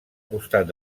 costat